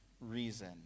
reason